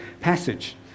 passage